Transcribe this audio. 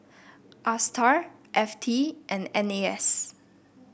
Astar F T and N A S